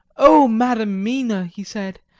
oh, madam mina, he said,